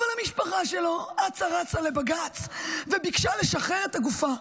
אבל המשפחה שלו אצה רצה לבג"ץ וביקשה לשחרר את הגופה.